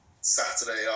Saturday